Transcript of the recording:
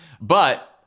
But-